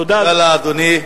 תודה לאדוני.